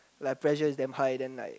like pressure is damn high than like